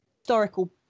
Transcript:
historical